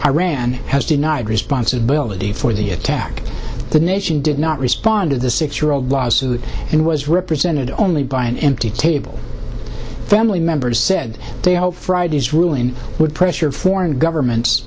iran has denied responsibility for the attack the nation did not respond to the six year old lawsuit and was represented only by an empty table the family members said they hope friday's ruling would pressure foreign governments